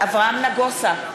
אברהם נגוסה,